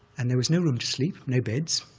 and there was no room to sleep, no beds,